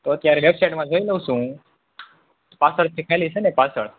તો અત્યારે વેબસાઇટમાં જોઈ લઉં છું હું પાછળથી ખાલી છે ને પાછળ